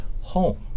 home